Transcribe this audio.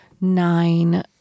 nine